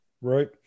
right